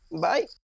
Bye